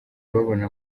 babona